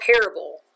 parable